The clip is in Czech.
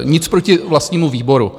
Nic proti vlastnímu výboru.